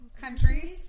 countries